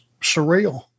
surreal